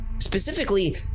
Specifically